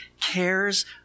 cares